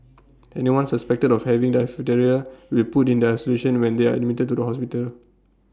anyone suspected of having diphtheria will put in isolation when they are admitted to hospital